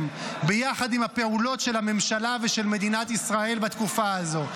ביחד עם הפעולות של הממשלה ושל מדינת ישראל בתקופה הזו.